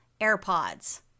AirPods